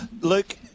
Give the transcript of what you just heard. Luke